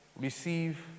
Receive